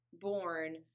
born